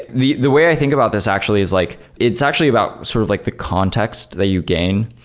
the the way i think about this actually is like it's actually about sort of like the context that you gain.